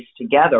together